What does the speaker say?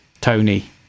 Tony